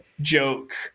joke